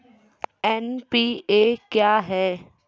NPA क्या हैं?